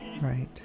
Right